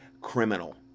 criminal